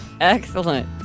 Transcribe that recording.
excellent